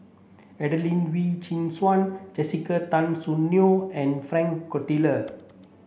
Adelene Wee Chin Suan Jessica Tan Soon Neo and Frank